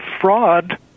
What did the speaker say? fraud